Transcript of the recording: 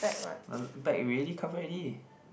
uh back we already cover already